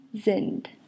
sind